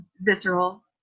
visceral